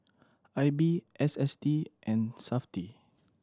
I B S S T and Safti